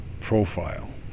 profile